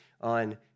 on